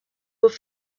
have